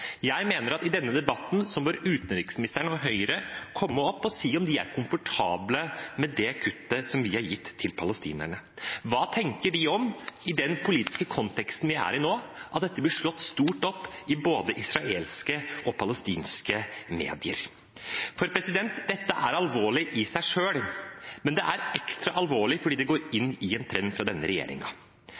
Jeg mener at i denne debatten bør utenriksministeren og Høyre komme opp og si om de er komfortable med det kuttet som vi har gitt til palestinerne. Hva tenker de om, i den politiske konteksten vi er i nå, at dette blir slått stort opp i både israelske og palestinske medier? Dette er alvorlig i seg selv, men det er ekstra alvorlig fordi det går inn i en trend fra denne